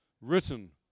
Written